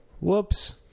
Whoops